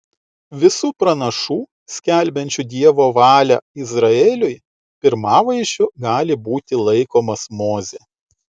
visų pranašų skelbiančių dievo valią izraeliui pirmavaizdžiu gali būti laikomas mozė